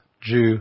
Jew